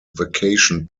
vacation